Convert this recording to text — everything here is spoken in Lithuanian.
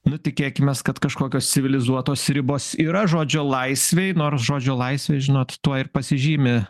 nu tikėkimės kad kažkokios civilizuotos ribos yra žodžio laisvei nors žodžio laisvė žinot tuo ir pasižymi